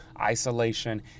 isolation